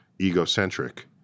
egocentric